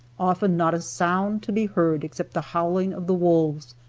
often not a sound to be heard except the howling of the wolves,